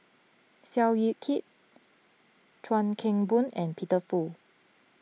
Seow Yit Kin Chuan Keng Boon and Peter Fu